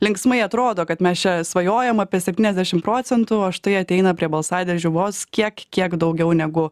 linksmai atrodo kad mes čia svajojam apie septyniasdešim procentų o štai ateina prie balsadėžių vos kiek kiek daugiau negu